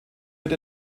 wird